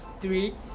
three